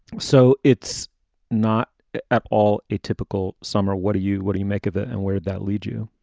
so it's not at all a typical summer. what do you what do you make of it and where did that lead you?